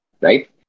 right